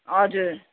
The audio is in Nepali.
हजुर